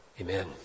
Amen